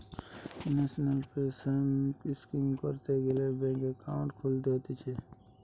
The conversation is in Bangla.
ন্যাশনাল পেনসন স্কিম করতে গ্যালে ব্যাঙ্ক একাউন্ট খুলতে হতিছে